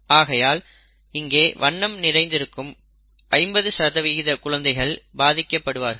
ஆகையால் இங்கே வண்ணம் நிறைந்திருக்கும் 50 குழந்தைகள் பாதிக்கப்படுவார்கள்